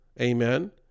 Amen